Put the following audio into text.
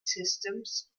systems